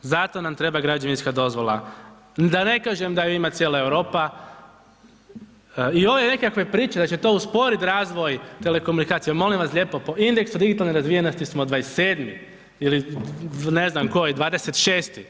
Zato nam treba građevinska dozvola, da ne kažem da ju ima cijela Europa, i ove nekakve priče da će to usporiti razvoj telekomunikacije, molim vas lijepo, po indeksu digitalne razvijenosti smo 27. ili ne znam koji, 26.